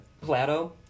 Plato